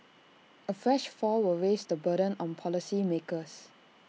A fresh fall will raise the burden on policymakers